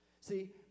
See